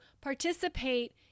participate